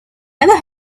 never